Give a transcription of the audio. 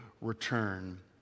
return